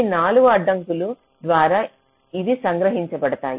ఈ 4 అడ్డంకుల ద్వారా ఇవి సంగ్రహించబడతాయి